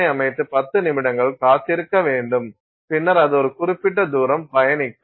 ஐ அமைத்து 10 நிமிடங்கள் காத்திருக்க வேண்டும் பின்னர் அது ஒரு குறிப்பிட்ட தூரம் பயணிக்கும்